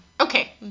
Okay